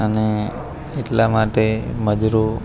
અને એટલા માટે મજૂરો